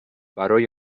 برای